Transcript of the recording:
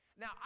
Now